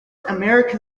american